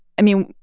i mean,